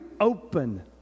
open